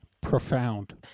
Profound